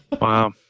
Wow